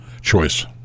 choice